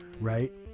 right